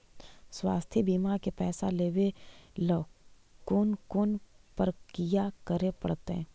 स्वास्थी बिमा के पैसा लेबे ल कोन कोन परकिया करे पड़तै?